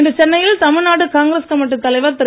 இன்று சென்னையில் தமிழ்நாடு காங்கிரஸ் கமிட்டித் தலைவர் திரு